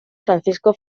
francisco